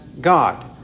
God